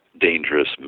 dangerous